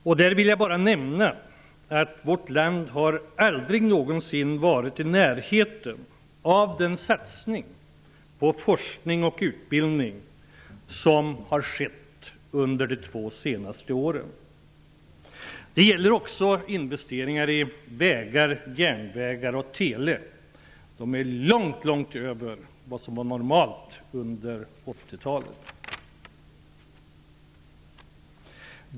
Jag vill bara nämna att vårt land aldrig någonsin tidigare har varit i närheten av den satsning på forskning och utbildning som har skett under de två senaste åren. Det gäller också investeringar i vägar, järnvägar och telekommunikation. Dessa investeringar ligger långt över det som var normalt under 80-talet.